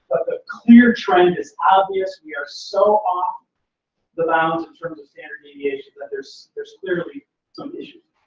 the clear trend is obvious. we are so off the bounds in terms of standard deviation that there's there's clearly some issues.